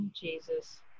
Jesus